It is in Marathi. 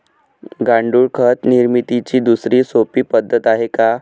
गांडूळ खत निर्मितीची दुसरी सोपी पद्धत आहे का?